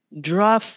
Draw